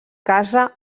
casa